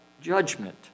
judgment